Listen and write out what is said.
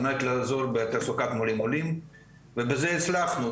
על מנת לעזור בתעסוקת מורים עולים ובזה הצלחנו